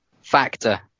factor